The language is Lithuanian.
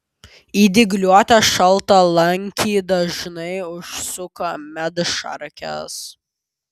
į dygliuotą šaltalankį dažnai užsuka medšarkės